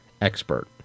expert